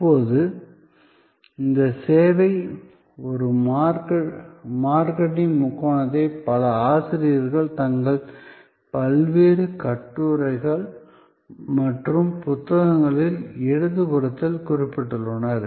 இப்போது இந்த சேவை ஒரு மார்க்கெட்டிங் முக்கோணத்தை பல ஆசிரியர்கள் தங்கள் பல்வேறு கட்டுரைகள் மற்றும் புத்தகங்களில் இடது புறத்தில் குறிப்பிட்டுள்ளனர்